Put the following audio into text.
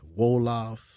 Wolof